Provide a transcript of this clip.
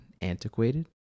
antiquated